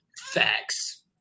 Facts